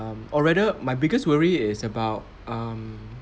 ~(um) or rather my biggest worry is about um